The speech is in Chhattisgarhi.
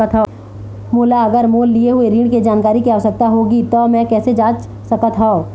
मोला अगर मोर लिए हुए ऋण के जानकारी के आवश्यकता होगी त मैं कैसे जांच सकत हव?